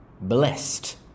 Blessed